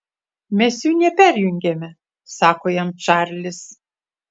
mes jų neperjungiame sako jam čarlis